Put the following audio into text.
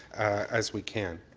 as we can.